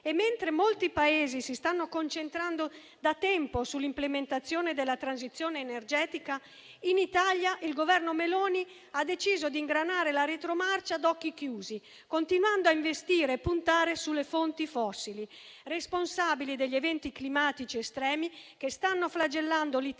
e, mentre molti Paesi si stanno concentrando da tempo sull'implementazione della transizione energetica, in Italia il Governo Meloni ha deciso di ingranare la retromarcia a occhi chiusi, continuando a investire e puntare sulle fonti fossili, responsabili degli eventi climatici estremi che stanno flagellando l'Italia